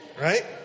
right